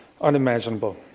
unimaginable